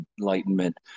Enlightenment